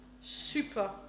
super